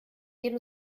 dem